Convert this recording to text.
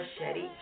machete